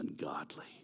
ungodly